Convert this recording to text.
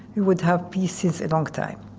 we would have peace since a long time.